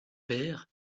père